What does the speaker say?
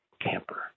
camper